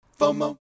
FOMO